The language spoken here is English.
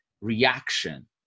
reaction